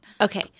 Okay